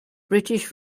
british